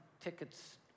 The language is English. tickets